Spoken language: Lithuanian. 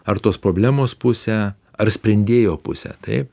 ar tos problemos pusę ar sprendėjo pusę taip